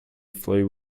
flew